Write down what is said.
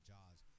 Jaws